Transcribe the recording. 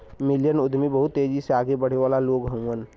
million उद्यमी बहुत तेजी से आगे बढ़े वाला लोग होलन